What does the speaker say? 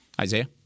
Isaiah